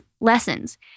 lessons